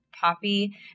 poppy